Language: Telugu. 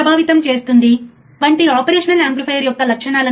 మళ్ళీ ఇవి ఆపరేషనల్ యాంప్లిఫైయర్ యొక్క లక్షణాలు